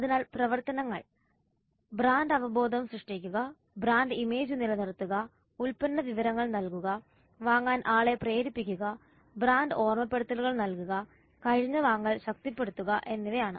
അതിനാൽ പ്രവർത്തനങ്ങൾ ബ്രാൻഡ് അവബോധം സൃഷ്ടിക്കുക ബ്രാൻഡ് ഇമേജ് നിലനിർത്തുക ഉൽപ്പന്ന വിവരങ്ങൾ നൽകുക വാങ്ങാൻ ആളുകളെ പ്രേരിപ്പിക്കുക ബ്രാൻഡ് ഓർമ്മപ്പെടുത്തലുകൾ നൽകുക കഴിഞ്ഞ വാങ്ങൽ ശക്തിപ്പെടുത്തുക എന്നിവയാണ്